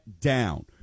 down